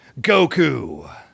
Goku